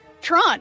Tron